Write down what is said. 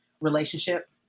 relationship